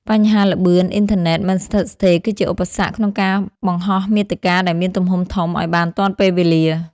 បញ្ហាល្បឿនអ៊ីនធឺណិតមិនស្ថិតស្ថេរ គឺជាឧបសគ្គក្នុងការបង្ហោះមាតិកាដែលមានទំហំធំឱ្យបានទាន់ពេលវេលា។